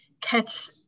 catch